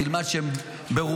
תלמד שהם ברובם,